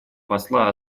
посла